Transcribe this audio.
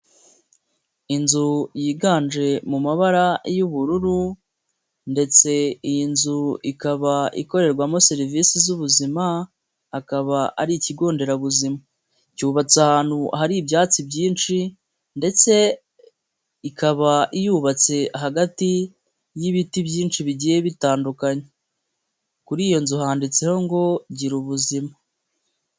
Inzu yiganje mu mabara y'ubururu ndetse iyi nzu ikaba ikorerwamo serivisi z'ubuzima, akaba ari ikigo nderabuzima, cyubatse ahantu hari ibyatsi byinshi ndetse ikaba yubatse hagati y'ibiti byinshi bigiye bitandukanye, kuri iyo nzu handitseho ngo Girubuzima.